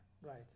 Right